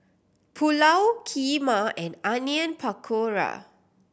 Pulao Kheema and Onion Pakora